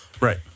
Right